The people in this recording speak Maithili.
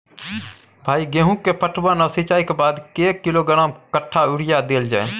भाई गेहूं के पटवन आ सिंचाई के बाद कैए किलोग्राम कट्ठा यूरिया देल जाय?